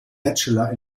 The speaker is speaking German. bachelor